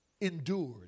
endured